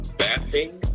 bathing